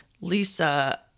Lisa